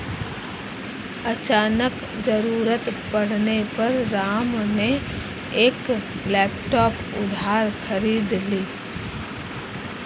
अचानक ज़रूरत पड़ने पे राम ने एक लैपटॉप उधार खरीद लिया